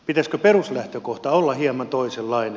pitäisikö peruslähtökohdan olla hieman toisenlainen